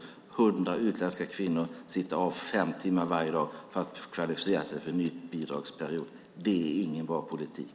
Där satt 100 utländska kvinnor av fem timmar varje dag för att kvalificera sig för en ny bidragsperiod. Det är ingen bra politik.